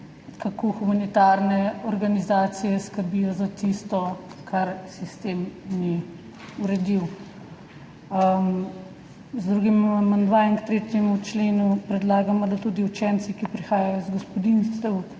kako humanitarne organizacije skrbijo za tisto, kar sistem ni uredil. Z drugim amandmajem k 3. členu predlagamo, da tudi učenci, ki prihajajo iz gospodinjstev,